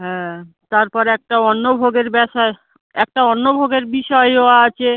হ্যাঁ তারপরে একটা অন্ন ভোগের ব্যাপার একটা অন্ন ভোগের বিষয়ও আছে